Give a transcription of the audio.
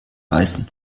reißen